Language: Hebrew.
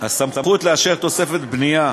הסמכות לאשר תוספת בנייה